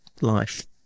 life